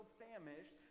famished